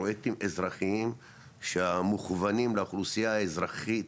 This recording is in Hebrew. פרויקטים אזרחיים שמכוונים לאוכלוסייה האזרחית